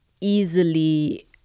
easily